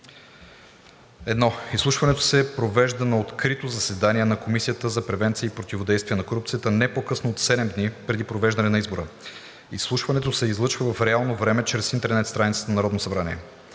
1. Изслушването се провежда на открито заседание на Комисията за превенция и противодействие на корупцията не по-късно от 7 дни преди провеждане на избора. Изслушването се излъчва в реално време чрез интернет страницата на Народното събрание.